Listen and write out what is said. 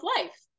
life